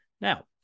Now